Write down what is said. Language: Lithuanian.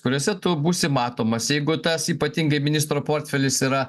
kuriuose tu būsi matomas jeigu tas ypatingai ministro portfelis yra